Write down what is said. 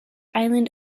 island